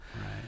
Right